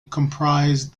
comprise